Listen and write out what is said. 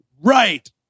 right